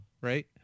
right